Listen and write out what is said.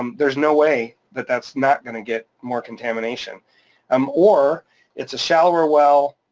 um there's no way that that's not gonna get more contamination um or it's a shallower well,